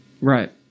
Right